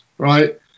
right